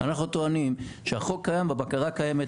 אנחנו טוענים שהחוק קיים והבקרה קיימת,